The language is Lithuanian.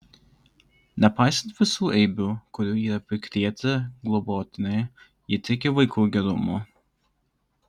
nepaisant visų eibių kurių yra prikrėtę globotiniai ji tiki vaikų gerumu